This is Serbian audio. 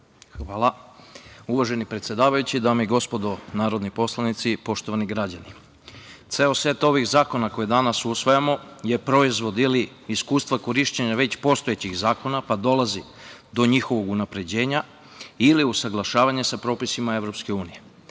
Hvala. Uvaženi predsedavajući, dame i gospodo narodni poslanici, poštovani građani, ceo set ovih zakona koje danas usvajamo je proizvod ili iskustva korišćenja već postojećih zakona pa dolazi do njihovog unapređenja ili usaglašavanja sa propisima